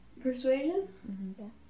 Persuasion